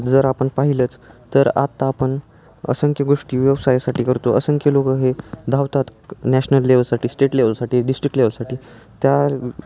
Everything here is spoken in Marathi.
जर आपण पाहिलंच तर आत्ता आपण असंख्य गोष्टी व्यवसायासाठी करतो असंख्य लोकं हे धावतात नॅशनल लेवलसाठी स्टेट लेवलसाठी डिस्ट्रिक्ट लेवलसाठी त्या